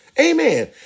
Amen